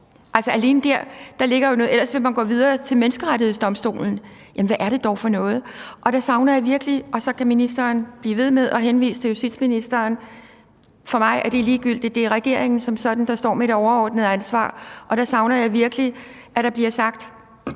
at rette op på forholdene, og ellers vil man gå videre til Menneskerettighedsdomstolen. Altså, alene der ligger der noget, og hvad er det dog for noget! Ministeren kan så blive ved med at henvise til justitsministeren, men for mig er det ligegyldigt. Det er regeringen som sådan, der står med det overordnede ansvar, og der savner jeg virkelig, at der hårdt,